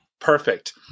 Perfect